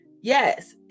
Yes